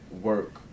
work